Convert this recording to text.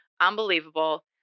Unbelievable